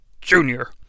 Junior